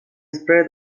spread